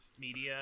media